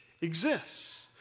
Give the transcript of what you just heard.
exists